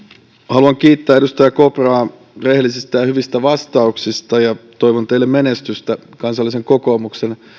haluan kiittää edustaja kopraa rehellisistä ja hyvistä vastauksista ja toivon teille menestystä kansallisen kokoomuksen